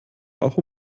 auch